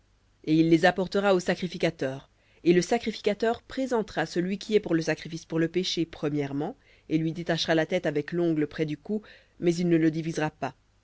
et il les apportera au sacrificateur et le sacrificateur présentera celui qui est pour le sacrifice pour le péché premièrement et lui détachera la tête avec l'ongle près du cou mais il ne le divisera pas